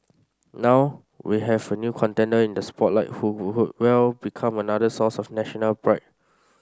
now we have a new contender in the spotlight who well become another source of national pride